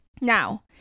Now